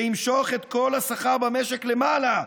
זה ימשוך את כל השכר במשק למעלה,